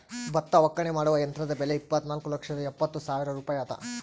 ಭತ್ತ ಒಕ್ಕಣೆ ಮಾಡುವ ಯಂತ್ರದ ಬೆಲೆ ಇಪ್ಪತ್ತುನಾಲ್ಕು ಲಕ್ಷದ ಎಪ್ಪತ್ತು ಸಾವಿರ ರೂಪಾಯಿ ಅದ